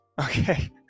Okay